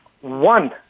one